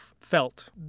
felt